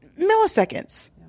Milliseconds